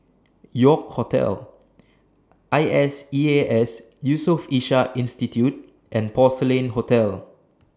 York Hotel I S E A S Yusof Ishak Institute and Porcelain Hotel